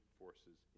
forces